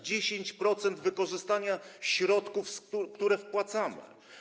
10% wykorzystanych środków, które wpłacamy.